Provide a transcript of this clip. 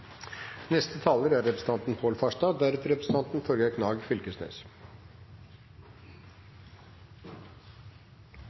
Neste taler er representanten